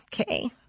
Okay